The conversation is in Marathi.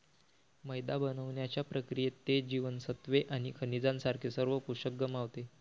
मैदा बनवण्याच्या प्रक्रियेत, ते जीवनसत्त्वे आणि खनिजांसारखे सर्व पोषक गमावते